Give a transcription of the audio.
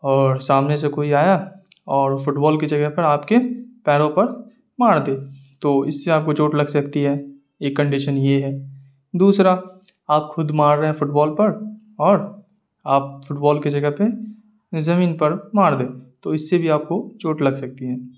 اور سامنے سے کوئی آیا اور فٹ بال کی جگہ پر آپ کے پیروں پر مار دیے تو اس سے آپ کو چوٹ لگ سکتی ہے ایک کنڈیشن یہ ہے دوسرا آپ خود مار رہے ہیں فٹ بال پر اور آپ فٹ بال کے جگہ پہ زمین پر مار دیں تو اس سے بھی آپ کو چوٹ لگ سکتی ہے